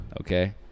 okay